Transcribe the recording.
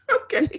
Okay